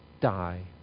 die